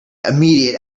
immediate